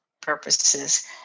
purposes